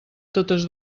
totes